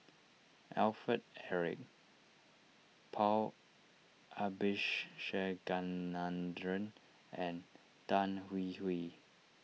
Alfred Eric Paul and Tan Hwee Hwee